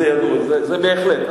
זה בהחלט.